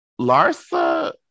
Larsa